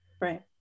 Right